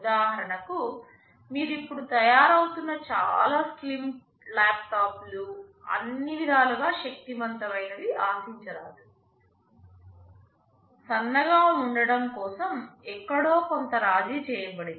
ఉదాహరణకు మీరు ఇప్పుడు తయారవుతున్న చాలా స్లిమ్ ల్యాప్టాప్లు అన్ని విధాలుగా శక్తివంతమైనవనీ ఆశించరాదు సన్నగా ఉండడం కోసం ఎక్కడో కొంత రాజీ చేయబడింది